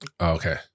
Okay